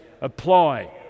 apply